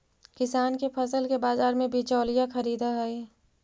किसान के फसल के बाजार में बिचौलिया खरीदऽ हइ